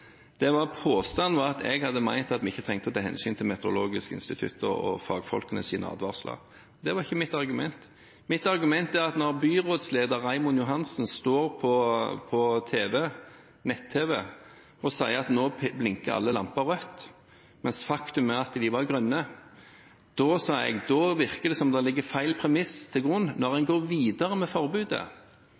var en påstand om at jeg hadde ment at vi ikke trengte å ta hensyn til Meteorologisk institutt og fagfolkenes advarsler. Det var ikke mitt argument. Mitt argument dreier seg om at byrådsleder Raymond Johansen er på nett-tv og sier at nå blinker alle lamper rødt, mens faktum er at de var grønne. Da sa jeg at det virker som om det ligger feil premiss til grunn når en går videre med forbudet.